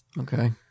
Okay